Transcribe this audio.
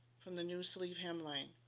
from the new sleeve hem line.